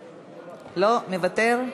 מוותר?